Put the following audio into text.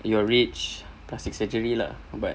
you are rich plastic surgery lah but